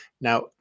Now